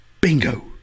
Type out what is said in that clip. Bingo